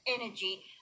energy